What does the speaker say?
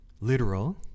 Literal